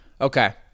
Okay